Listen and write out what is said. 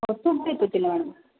तूप देते तिला मॅडम